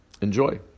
Enjoy